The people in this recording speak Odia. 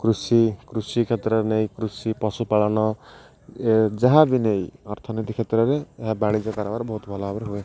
କୃଷି କୃଷି କ୍ଷେତ୍ରରେ ନେଇ କୃଷି ପଶୁପାଳନ ଯାହା ବି ନେଇ ଅର୍ଥନୀତି କ୍ଷେତ୍ରରେ ଏହା ବାଣିଜ୍ୟ କରବାରେ ବହୁତ ଭଲ ଭାବରେ ହୁଏ